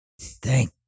Thank